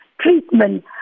treatment